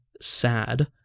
sad